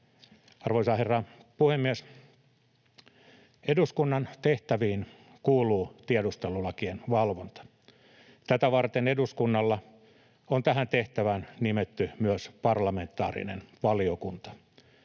Arvoisa herra puhemies! Eduskunnan tehtäviin kuuluu tiedustelulakien valvonta. Tätä varten eduskunnalla on tähän tehtävään nimetty myös parlamentaarinen valiokunta.